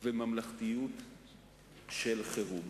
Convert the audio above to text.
וממלכתיות של חירום.